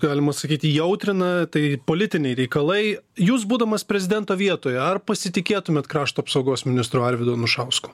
galima sakyti jautrina tai politiniai reikalai jūs būdamas prezidento vietoje ar pasitikėtumėt krašto apsaugos ministru arvydu anušausku